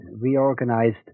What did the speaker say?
reorganized